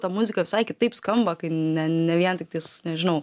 ta muzika visai kitaip skamba kai ne ne vien tiktais nežinau